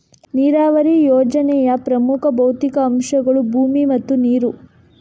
ನೀರಾವರಿ ಯೋಜನೆಯ ಪ್ರಮುಖ ಭೌತಿಕ ಅಂಶಗಳು ಭೂಮಿ ಮತ್ತು ನೀರು